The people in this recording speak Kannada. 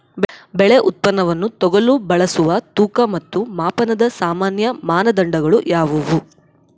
ಬೆಳೆ ಉತ್ಪನ್ನವನ್ನು ತೂಗಲು ಬಳಸುವ ತೂಕ ಮತ್ತು ಮಾಪನದ ಸಾಮಾನ್ಯ ಮಾನದಂಡಗಳು ಯಾವುವು?